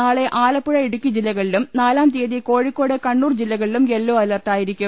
നാളെ ആലപ്പുഴ ഇടുക്കി ജില്ലകളിലും നാലാം തിയ്യതി കോഴിക്കോട് കണ്ണൂർ ജില്ലകളിലും യെല്ലോ അലർട്ട് ആയിരിക്കും